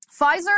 Pfizer